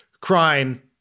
crime